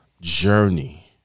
Journey